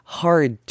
hard